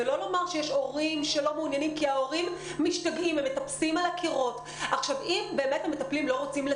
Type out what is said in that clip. עיקר המענה הוא מענה באמת בקשר אינטנסיבי של